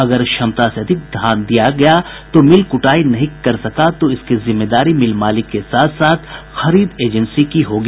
अगर क्षमता से अधिक धान दे दिया गया और मिल कुटाई नहीं कर सका तो इसकी जिम्मेदारी मिल मालिक के साथ साथ खरीद एजेंसी की होगी